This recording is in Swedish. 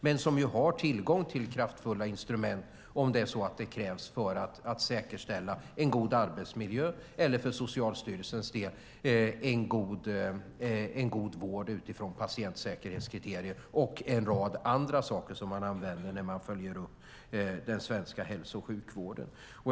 De har tillgång till kraftfulla instrument, om det krävs för att säkerställa en god arbetsmiljö eller, för Socialstyrelsens del, en god vård utifrån patientsäkerhetskriterier och en rad andra saker som man använder när man följer upp den svenska hälso och sjukvården.